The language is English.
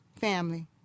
family